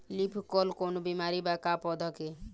Leaf curl कौनो बीमारी बा का पौधा के?